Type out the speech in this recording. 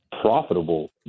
profitable